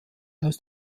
aus